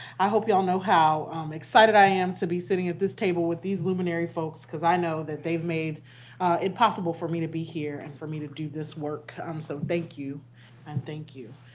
i hope you all know how excited i am to be sitting at this table with these luminary folks because i know that they've made it possible for me to be here and for me to do this work. and um so thank you and thank you